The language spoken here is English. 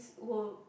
will